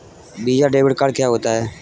Visa debit card क्या होता है?